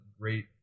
great